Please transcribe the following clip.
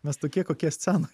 mes tokie kokie scenoj